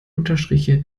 unterstrich